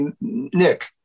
nick